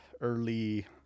early